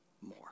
More